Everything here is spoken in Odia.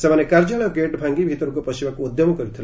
ସେମାନେ କାର୍ଯ୍ୟାଳୟ ଗେଟ୍ ଭାଙ୍ଗି ଭିତରକୁ ପଶିବାକୁ ଉଦ୍ୟମ କରିଥିଲେ